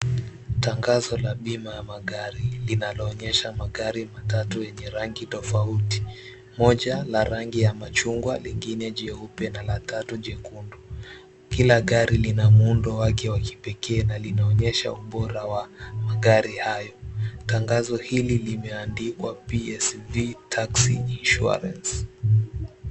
Tangazo la bima ya magari linaloonyesha magari matatu yenye rangi tofauti, moja la rangi ya machungwa, lingine jeupe na la tatu jekundu. Kila gari lina muundo wake wa kipekee na linaonyesha ubora wa magari hayo tangazo hili limeandikwa PSV Taxi Insurance.